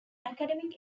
academic